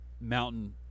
mountain